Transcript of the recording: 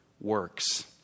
works